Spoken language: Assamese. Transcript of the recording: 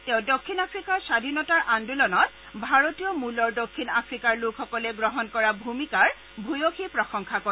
তেওঁ দক্ষিণ আফ্ৰিকাৰ স্বাধীনতাৰ আন্দোলনত ভাৰতীয় মূলৰ দক্ষিণ আফ্ৰিকাৰ লোকসকলে গ্ৰহণ কৰা ভূমিকাৰ ভূয়সী প্ৰসংশা কৰে